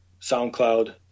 SoundCloud